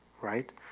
right